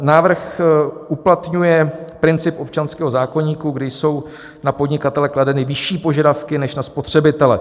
Návrh uplatňuje princip občanského zákoníku, kdy jsou na podnikatele kladeny vyšší požadavky než na spotřebitele.